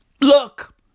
Look